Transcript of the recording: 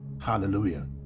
Hallelujah